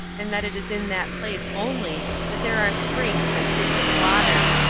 and that it is in that place only that there are springs and pits of water.